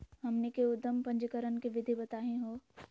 हमनी के उद्यम पंजीकरण के विधि बताही हो?